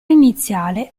iniziale